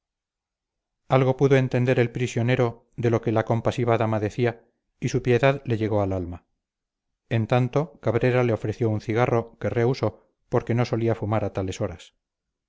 algo pudo entender el prisionero de lo que la compasiva dama decía y su piedad le llegó al alma en tanto cabrera le ofreció un cigarro que rehusó porque no solía fumar a tales horas